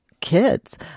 kids